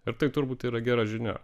ir tai turbūt yra gera žinia